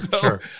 sure